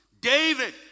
David